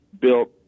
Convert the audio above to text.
built